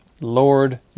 Lord